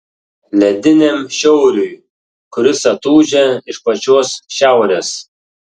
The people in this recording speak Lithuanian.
lediniam šiauriui kuris atūžia iš pačios šiaurės